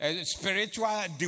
spiritual